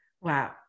Wow